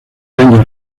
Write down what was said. años